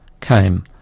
came